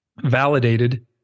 validated